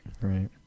Right